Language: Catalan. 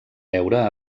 veure